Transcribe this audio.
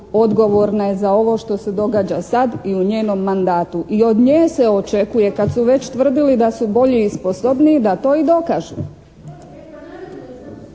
odgovorna je za ovo što se događa sad i u njenom mandatu i od nje se očekuje kad su već tvrdili da su bolji i sposobniji da to i dokažu.